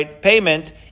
payment